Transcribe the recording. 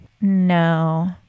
no